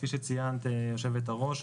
כפי שציינת יושבת הראש,